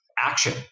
action